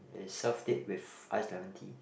it served it with iced lemon tea